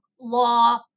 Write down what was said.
law